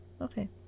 Okay